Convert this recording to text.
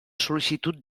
sol·licitud